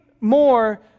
more